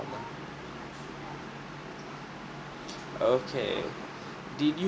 okay did you